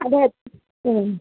അത ഹ്മ്